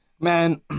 Man